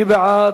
מי בעד?